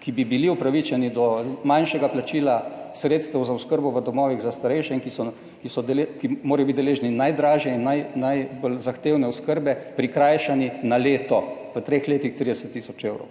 ki bi bili upravičeni do manjšega plačila sredstev za oskrbo v domovih za starejše in ki so, ki so, ki morajo biti deležni najdražje in najbolj zahtevne oskrbe, prikrajšani na leto, v 3 letih 30 tisoč evrov,